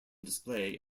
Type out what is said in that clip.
display